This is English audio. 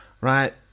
Right